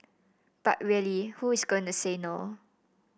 but really who is going to say no